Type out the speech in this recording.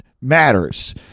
matters